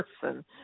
person